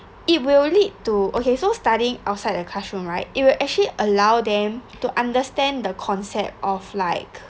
it will lead to okay so studying outside the classroom right it will actually allow them to understand the concept of like